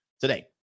Today